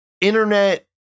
internet